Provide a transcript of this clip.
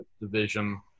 division